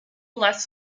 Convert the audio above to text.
less